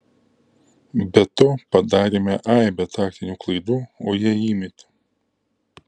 be to padarėme aibę taktinių klaidų o jie įmetė